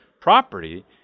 property